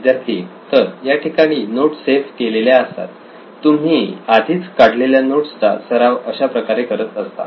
विद्यार्थी 1 तर याठिकाणी नोट्स सेव्ह केलेल्या असतात तुम्ही आधीच काढलेल्या नोट्स चा सराव अशाप्रकारे करत असता